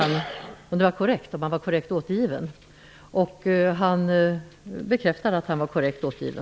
I den sade han att Sverige självfallet skulle ingå i EU